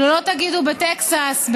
אפילו לא תגידו בטקסס,